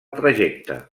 trajecte